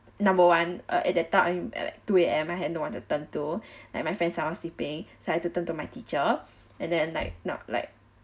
number one uh at that time at like two A_M I had no one to turn to and my friends are sleeping so I had to turn to my teacher and then like not like